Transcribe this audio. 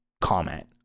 comment